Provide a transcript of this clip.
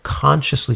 consciously